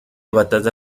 batalla